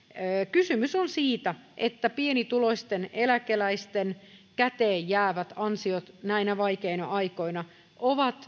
kysymys on siitä että pienituloisten eläkeläisten käteenjäävät ansiot näinä vaikeina aikoina ovat niin